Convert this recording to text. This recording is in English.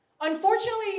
Unfortunately